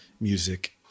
music